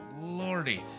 Lordy